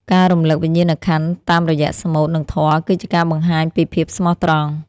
ការរំលឹកវិញ្ញាណក្ខន្ធតាមរយៈស្មូត និងធម៌ គឺជាការបង្ហាញពីភាពស្មោះត្រង់។